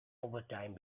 overtime